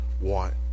want